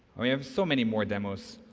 i mean um so many more demos